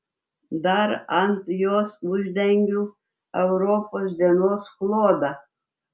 dar ant jos uždengiu europos dienos klodą